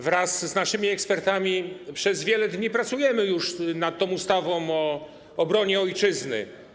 Wraz z naszymi ekspertami przez wiele dni pracujemy już nad ustawą o obronie Ojczyzny.